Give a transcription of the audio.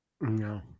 No